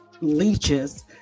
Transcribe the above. leeches